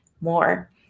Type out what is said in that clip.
more